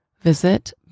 Visit